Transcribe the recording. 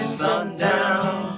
sundown